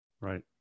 Right